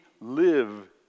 live